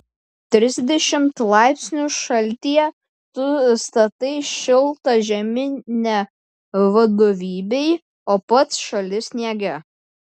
trisdešimt laipsnių šaltyje tu statai šiltą žeminę vadovybei o pats šąli sniege